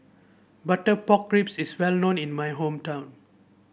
Butter Pork Ribs is well known in my hometown